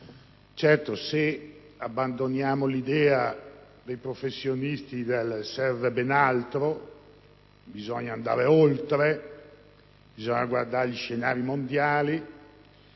Certo, se abbandoniamo l'idea dei professionisti, del «serve ben altro», del «bisogna andare oltre», del «bisogna guardare gli scenari mondiali»,